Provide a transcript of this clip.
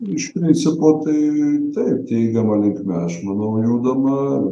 iš principo tai taip teigiama linkme aš manau judama